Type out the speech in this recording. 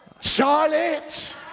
Charlotte